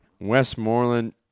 Westmoreland